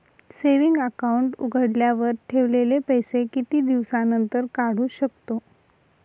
Saving account उघडल्यावर ठेवलेले पैसे किती दिवसानंतर काढू शकतो?